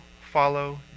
follow